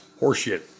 Horseshit